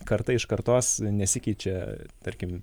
karta iš kartos nesikeičia tarkim